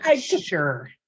Sure